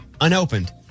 Unopened